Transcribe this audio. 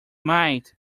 might